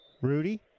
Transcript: Rudy